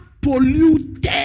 polluted